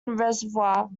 reservoir